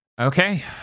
Okay